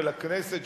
ולכנסת,